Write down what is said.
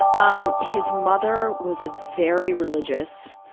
um his mother was a very religious,